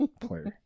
player